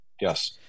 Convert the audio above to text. yes